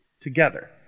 together